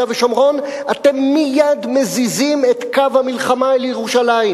ושומרון אתם מייד מזיזים את קו המלחמה לירושלים,